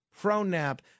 pro-nap